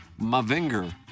Mavinger